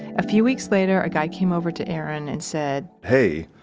a few weeks later, a guy came over to aaron and said, hey,